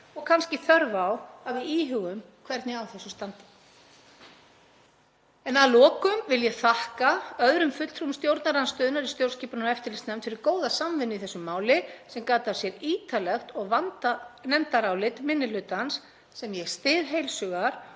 og kannski þörf á að við íhugum hvernig á þessu standi. Að lokum vil ég þakka öðrum fulltrúum stjórnarandstöðunnar í stjórnskipunar- og eftirlitsnefnd fyrir góða samvinnu í þessu máli sem gat af sér ítarlegt og vandað nefndarálit minni hlutans sem ég styð heils hugar